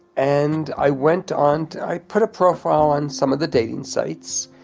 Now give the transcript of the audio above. and, i went on, i put a profile on some of the dating sites.